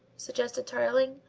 suggested tarling.